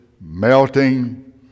melting